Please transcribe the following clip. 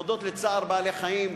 להודות ל"צער בעלי-חיים",